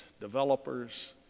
developers